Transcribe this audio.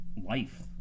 life